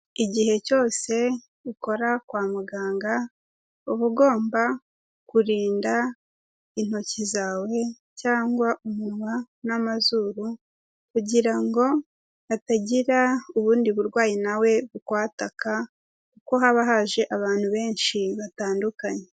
Igihe cyose ukora kwa muganga uba ugomba kurinda intoki zawe cyangwa umunwa n'amazuru kugira ngo hatagira ubundi burwayi nawe bukwataka, kuko haba haje abantu benshi batandukanye.